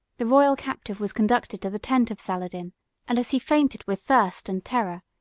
the royal captive was conducted to the tent of saladin and as he fainted with thirst and terror,